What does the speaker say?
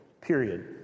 period